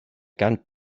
gan